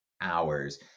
hours